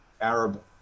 Arab